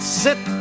sit